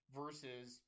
versus